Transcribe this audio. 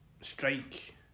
strike